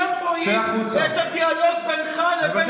כולם רואים את הדיאלוג בינך לבין המזכיר.